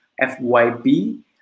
FYP